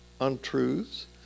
untruths